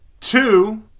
Two